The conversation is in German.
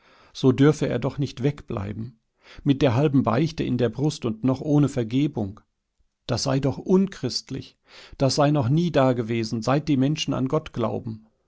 so dürfe er doch nicht wegbleiben mit der halben beichte in der brust und noch ohne vergebung das sei doch unchristlich das sei noch nie dagewesen seit die menschen an gott glauben